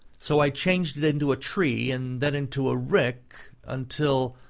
so i changed it into a tree, and then into a rick, until,